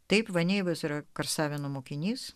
taip vanejevas yra karsavino mokinys